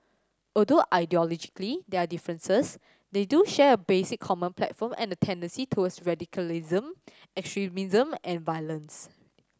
although ideologically there are differences they do share a basic common platform and a tendency towards radicalism extremism and violence